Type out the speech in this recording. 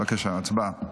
בבקשה, הצבעה.